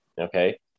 Okay